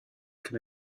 can